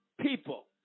people